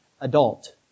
adult